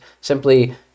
simply